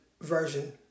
version